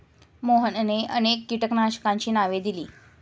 मोहनने अनेक कीटकनाशकांची नावे दिली